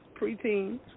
preteens